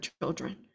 children